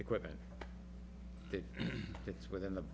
equipment that fits within the